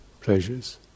pleasures